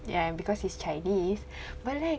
ya and cause he's Chinese but like